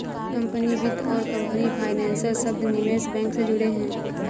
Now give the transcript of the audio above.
company वित्त और company financer शब्द निवेश बैंक से जुड़े हैं